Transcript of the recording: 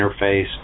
interface